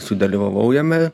sudalyvavau jame